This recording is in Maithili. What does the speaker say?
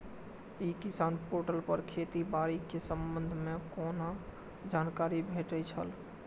ई किसान पोर्टल पर खेती बाड़ी के संबंध में कोना जानकारी भेटय छल?